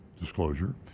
disclosure